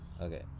Okay